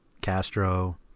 Castro